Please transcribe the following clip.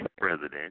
president